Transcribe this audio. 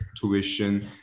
tuition